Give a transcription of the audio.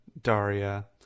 Daria